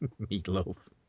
Meatloaf